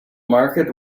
market